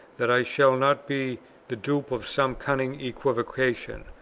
that i shall not be the dupe of some cunning equivocation,